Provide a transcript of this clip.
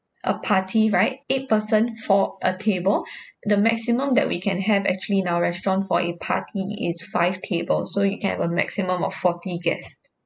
a party right eight person for a table the maximum that we can have actually in our restaurant for a party is five table so you can have a maximum of forty guests